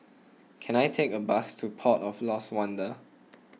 can I take a bus to Port of Lost Wonder